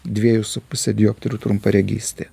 dviejų su puse dioptrijų trumparegystė